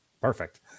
Perfect